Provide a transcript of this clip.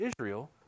Israel